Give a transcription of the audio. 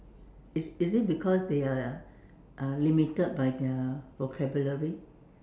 is is it because they are are limited by their vocabulary